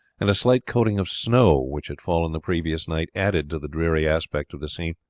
and a slight coating of snow which had fallen the previous night added to the dreary aspect of the scene.